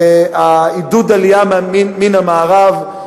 של עידוד עלייה מהמערב,